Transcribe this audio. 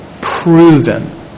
proven